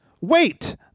wait